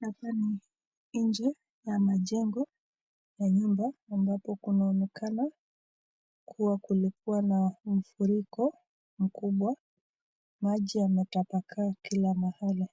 Hapa ni nje ya majengo ya nyumba ambapo kunaonekana kuwa kulikuwa na mafuriko makubwa, maji yametapakaa kila mahali,